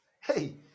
Hey